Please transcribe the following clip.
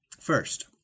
First